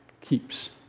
keeps